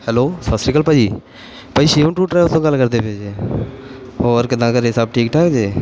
hello ਸਤਿ ਸ਼੍ਰੀ ਅਕਾਲ ਭਾਅ ਜੀ ਭਾਅ ਜੀ ਸ਼ਿਵਮ ਟੂਰ ਟਰੈਵਲ ਤੋਂ ਗੱਲ ਕਰਦੇ ਪਏ ਜੇ ਹੋਰ ਕਿੱਦਾਂ ਘਰ ਸਭ ਠੀਕ ਠਾਕ ਜੇ